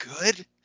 good